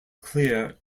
clear